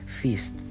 feast